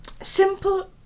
Simple